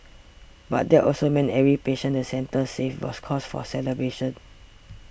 but that also meant every patient the centre saved was cause for celebration